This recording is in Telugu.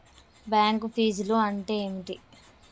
బ్యాంక్ ఫీజ్లు అంటే ఏమిటి?